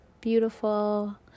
beautiful